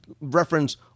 reference